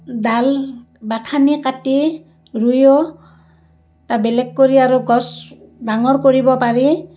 ডাল বা ঠানি কাটি ৰুয়ো তাক বেলেগ কৰি আৰু গছ ডাঙৰ কৰিব পাৰি